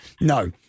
no